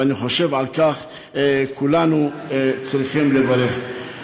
ואני חושב שעל כך כולנו צריכים לברך.